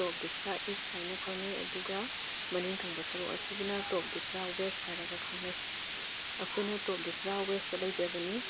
ꯇꯣꯞ ꯗꯨꯁꯥꯔꯥ ꯏꯁ ꯍꯥꯏꯅ ꯈꯪꯅꯩ ꯑꯗꯨꯒ ꯃꯅꯤꯡ ꯊꯪꯕ ꯁꯔꯨꯛ ꯑꯁꯤꯕꯨꯅ ꯇꯣꯞ ꯗꯨꯁꯥꯔꯥ ꯋꯦꯁ ꯍꯥꯏꯔꯒ ꯈꯪꯅꯩ ꯑꯩꯈꯣꯏꯅ ꯇꯣꯞ ꯗꯨꯁꯥꯔꯥ ꯋꯦꯁꯇ ꯂꯩꯖꯕꯅꯤ